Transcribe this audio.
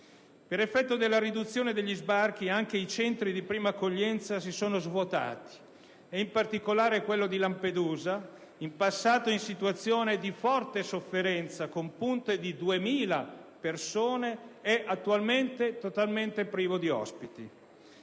Per effetto della riduzione degli sbarchi anche i centri di prima accoglienza si sono svuotati; in particolare, quello di Lampedusa - in passato in situazione di forte sofferenza, con punte di 2.000 persone - è attualmente totalmente privo di ospiti.